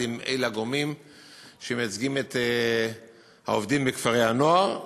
עם הגורמים שמייצגים את העובדים בכפרי-הנוער.